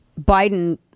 Biden